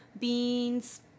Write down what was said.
beans